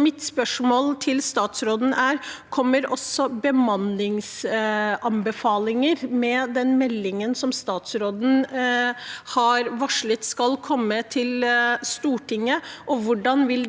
Mitt spørsmål til statsråden er: Kommer det også bemanningsanbefalinger med den meldingen som statsråden har varslet at skal komme til Stortinget, og hvordan vil